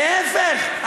להפך,